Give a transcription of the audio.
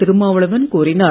திருமாவளவன் கோரினார்